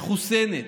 מחוסנת,